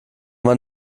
man